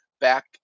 back